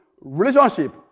relationship